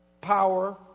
power